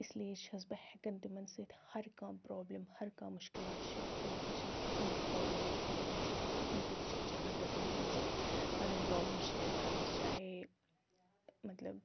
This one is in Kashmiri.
اس لیے چھَس بہٕ ہیٚکان تِمن سۭتۍ ہر کانٛہہ پرٛابلِم ہر کانٛہہ مُشکِلات شیَر کٔرِتھ مےٚ چھَنہٕ کٕہٲنۍ تہِ پرٛابلِم گژھان تِمن سۭتۍ کٕہٲنۍ تہِ ہِچکِچاہٹ گژھان تِمن سۭتۍ پَنٕنۍ پرٛابلِم شِیَر کرنَس چاہے مطلب